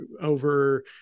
over